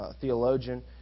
theologian